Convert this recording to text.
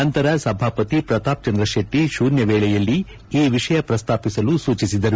ನಂತರ ಸಭಾಪತಿ ಪ್ರತಾಪ್ ಚಂದ್ರ ಶೆಟ್ಟಿ ಶೂನ್ತ ವೇಳೆಯಲ್ಲಿ ಈ ವಿಷಯ ಪ್ರಸ್ತಾಪಿಸಲು ಸೂಚಿಸಿದರು